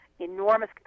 enormous